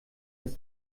des